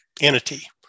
entity